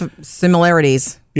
similarities